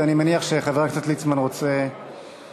ואני מניח שחבר הכנסת ליצמן רוצה לענות.